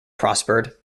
prospered